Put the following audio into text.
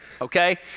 okay